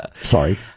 sorry